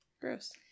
Gross